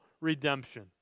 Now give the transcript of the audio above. redemption